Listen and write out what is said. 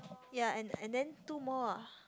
ya and and then two more ah